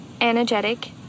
energetic